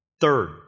Third